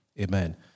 Amen